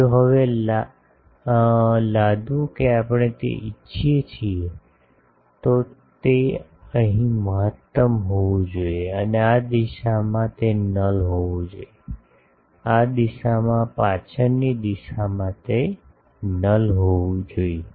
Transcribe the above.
જો હવે લાદવું કે આપણે તે ઇચ્છીએ છીએ તો તે અહીં મહત્તમ હોવું જોઈએ અને આ દિશામાં તે નલ હોવું જોઈએ આ દિશામાં પાછળની દિશામાં તે નલ હોવું જોઈએ